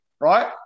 right